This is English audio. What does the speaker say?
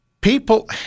people